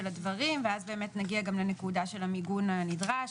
הדברים ואז באמת נגיע גם לנקודה של המיגון הנדרש.